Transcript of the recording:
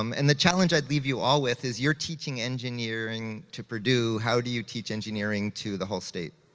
um and the challenge i'd leave you all with is you're teaching engineering to purdue, how do you teach engineering to the whole state.